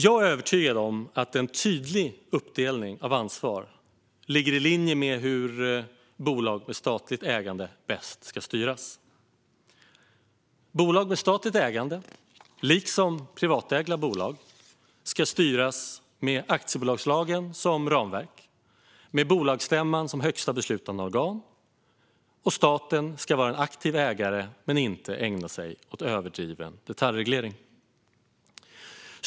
Jag är övertygad om att en tydlig uppdelning av ansvar ligger i linje med hur bolag med statligt ägande bäst ska styras. Bolag med statligt ägande liksom privatägda bolag ska styras med aktiebolagslagen som ramverk, med bolagsstämman som högsta beslutande organ och med staten som aktiv ägare som dock inte ägnar sig åt överdriven detaljreglering.